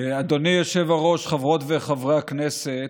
אדוני היושב-ראש, חברות וחברי הכנסת,